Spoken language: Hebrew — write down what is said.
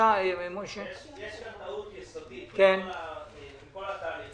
יש כאן טעות יסודית עם כל התהליך.